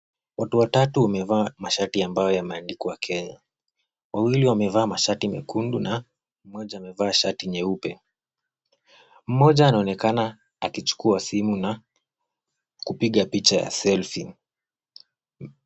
Watu watatu wamevaa mashati ambayo yameandikwa Kenya. Wawili wamevaa mashati mekundu na mmoja amevaa shati nyeupe. Mmoja anaonekana akichukua simu na kupiga picha ya selfie .